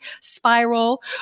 spiral